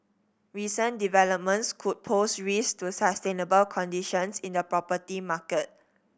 recent developments could pose risk to sustainable conditions in the property market